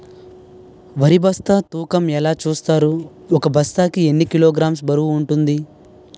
వరి బస్తా తూకం ఎలా చూస్తారు? ఒక బస్తా కి ఎన్ని కిలోగ్రామ్స్ బరువు వుంటుంది?